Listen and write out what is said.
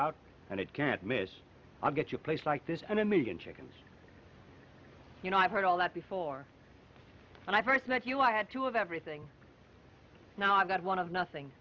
out and it can't miss i'll get you a place like this and a million chickens you know i've heard all that before and i first met you i had two of everything now i've got one of nothing